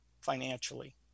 financially